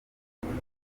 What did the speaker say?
umwuga